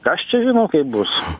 kas čia žino kaip bus